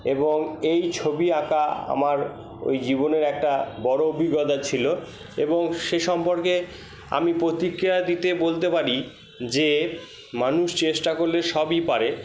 এবং এই ছবি আঁকা আমার ওই জীবনের একটা বড়ো অভিজ্ঞতা ছিলো এবং সেই সম্পর্কে আমি প্রতিক্রিয়া দিতে বলতে পারি যে মানুষ চেষ্টা করলে সবই পারে